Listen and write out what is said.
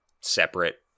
separate